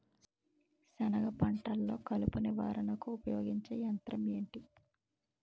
సెనగ పంటలో కలుపు నివారణకు ఉపయోగించే యంత్రం ఏంటి?